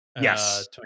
yes